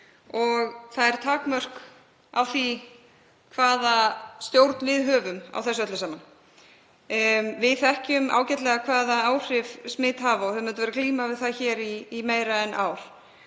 og það eru takmörk fyrir því hvaða stjórn við höfum á þessu öllu saman. Við þekkjum ágætlega hvaða áhrif smit hafa og höfum auðvitað verið að glíma við það hér í meira en ár.